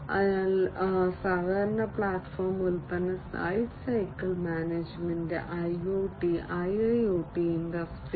അതിനാൽ സഹകരണ പ്ലാറ്റ്ഫോം ഉൽപ്പന്ന lifecycle management IoT IIoT industry 4